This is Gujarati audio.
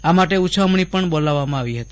આ માટે ઉછામણી પણ બોલાવવામાં આવી હતી